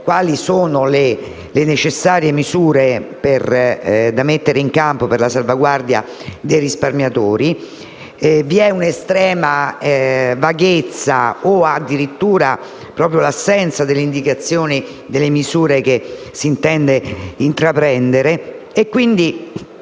quali siano le necessarie misure da mettere in campo per la salvaguardia dei risparmiatori. Vi è un'estrema vaghezza o addirittura l'assenza di indicazioni relative alle misure che si intendono intraprendere e quindi